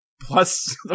plus